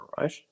right